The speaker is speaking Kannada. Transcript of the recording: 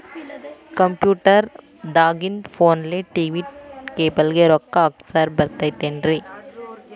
ಕಂಪ್ಯೂಟರ್ ದಾಗಿಂದ್ ಫೋನ್ಗೆ, ಟಿ.ವಿ ಕೇಬಲ್ ಗೆ, ರೊಕ್ಕಾ ಹಾಕಸಾಕ್ ಬರತೈತೇನ್ರೇ?